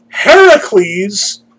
Heracles